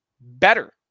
better